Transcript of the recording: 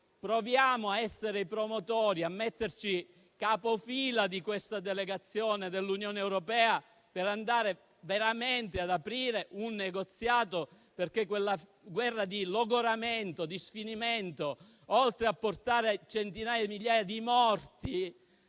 Proviamo a essere i promotori, a metterci capofila della delegazione dell'Unione europea per aprire veramente un negoziato. Quella guerra di logoramento e di sfinimento, oltre a portare migliaia di morti,